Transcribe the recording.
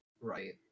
right